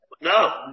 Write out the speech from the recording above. No